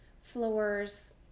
floors